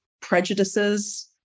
prejudices